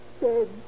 dead